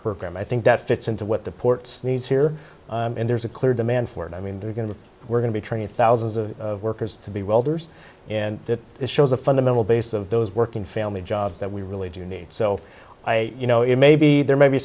program i think that fits into what the ports needs here and there's a clear demand for it i mean they're going to we're going to train thousands of workers to be welders and that shows a fundamental base of those working family jobs that we really do need so i you know it may be there may be